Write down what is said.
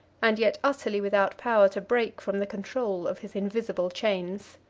and yet utterly without power to break from the control of his invisible chains.